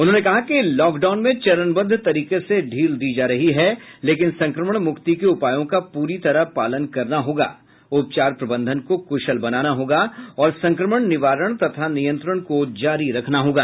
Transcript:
उन्होंने कहा कि लॉकडाउन में चरणबद्ध तरीके से ढील दी जा रही है लेकिन संक्रमण मुक्ति के उपायों का पूरी तरह पालन करना होगा उपचार प्रबंधन को कुशल बनाना होगा और संक्रमण निवारण तथा नियंत्रण को जारी रखना होगा